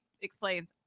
explains